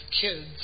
kids